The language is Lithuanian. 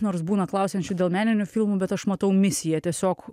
nors būna klausiančių dėl meninių filmų bet aš matau misiją tiesiog